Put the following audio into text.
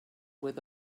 with